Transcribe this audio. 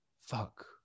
Fuck